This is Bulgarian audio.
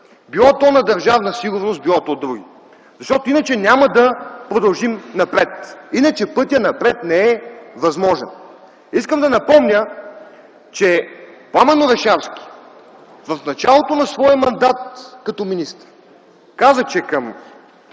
било то на Държавна сигурност, било то други, защото иначе няма да продължим напред, иначе пътят напред не е възможен. Искам да напомня, че Пламен Орешарски в началото на своя мандат като министър каза, че към